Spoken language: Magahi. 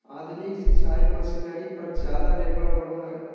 आधुनिक सिंचाई मशीनरी पर ज्यादा निर्भर होबो हइ